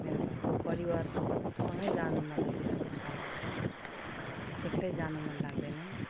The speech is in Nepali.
मेरो घरको परिवारसँगै जानु मलाई इच्छा लाग्छ एक्लै जानु मनलाग्दैन